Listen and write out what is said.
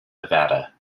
nevada